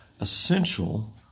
essential